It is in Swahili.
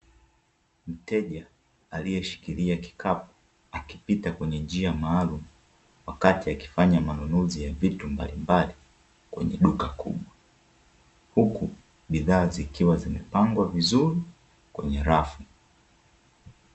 Mteja aliyeshikilia kikapu akipita kwenye njia maalumu wakati akifanya manunuzi ya vitu mbalimbali kwenye duka kubwa, huku bidhaa zikiwa zimepangwa vizuri kwenye rafu.